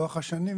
לאורך השנים,